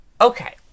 Okay